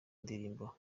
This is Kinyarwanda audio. ndirimbo